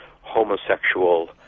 homosexual